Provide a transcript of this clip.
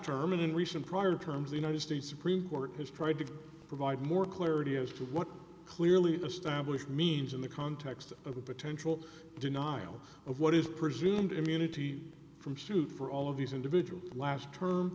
term and in recent prior terms the united states supreme court has tried to provide more clarity as to what clearly established means in the context of a potential denial of what is presumed immunity from suit for all of these individuals last ter